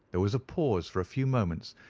there was a pause for a few moments,